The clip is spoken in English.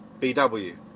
BW